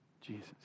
Jesus